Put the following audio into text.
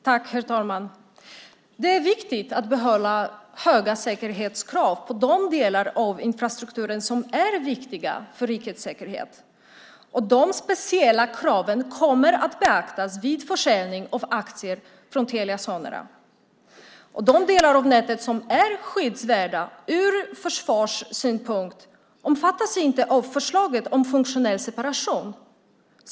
Herr talman! Det är viktigt att behålla höga säkerhetskrav på de delar av infrastrukturen som är viktiga för rikets säkerhet. De speciella kraven kommer att beaktas vid försäljning av aktier från Telia Sonera. De delar av nätet som är skyddsvärda ur försvarssynpunkt omfattas inte av förslaget om funktionell separation.